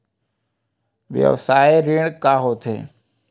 व्यवसाय ऋण का होथे?